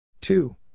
Two